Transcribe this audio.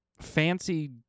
Fancy